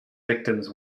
victims